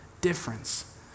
difference